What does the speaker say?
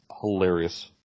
hilarious